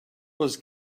was